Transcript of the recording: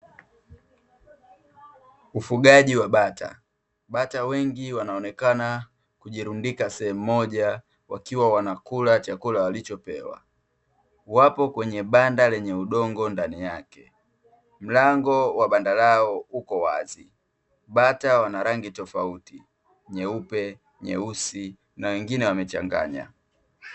Ufugaji wa bata. Bata wengi wanaonekana kujirundika sehemu moja wakiwa wanakula chakula walichopewa. Wapo kwenye banda lenye udongo ndani yake. Mlango wa banda lao uko wazi. Bata wana rangi tofauti: nyeupe, nyeusi na wengine wamechanganya.